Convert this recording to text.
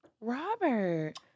Robert